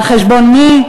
על-חשבון מי?